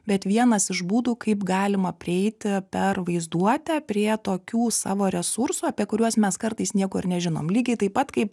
bet vienas iš būdų kaip galima prieiti per vaizduotę prie tokių savo resursų apie kuriuos mes kartais nieko ir nežinom lygiai taip pat kaip